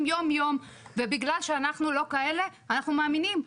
יום-יום ובגלל שאנחנו לא כאלה אנחנו מאמינים,